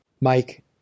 Mike